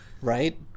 Right